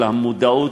של המודעות,